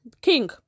King